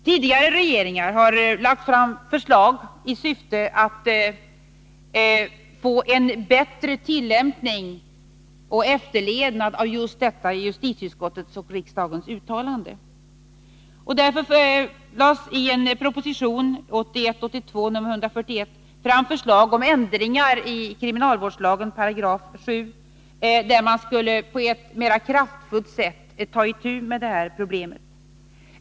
Tidigare regeringar har lagt fram förslag i syfte att få en bättre tillämpning och efterlevnad av just detta i justitieutskottets och riksdagens uttalanden. I proposition 1981/82:141 framlades därför förslag om ändringar i 7§ kriminalvårdslagen, där man på ett mer kraftfullt sätt skulle ta itu med det här problemet.